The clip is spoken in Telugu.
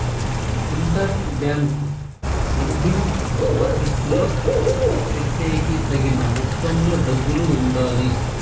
ఇంటర్ బ్యాంక్ లెండింగ్ మార్కెట్టులో పెట్టేకి తగిన మొత్తంలో డబ్బులు ఉండాలి